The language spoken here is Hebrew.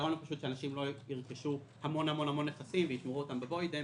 הרעיון הוא שאנשים לא ירכשו המון נכסים וישמרו אותם בבוידעם